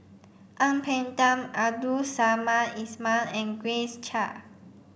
Ang Peng Tiam Abdul Samad Ismail and Grace Chia